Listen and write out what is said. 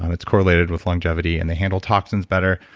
um it's correlated with longevity and they handle toxins better.